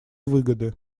выгоды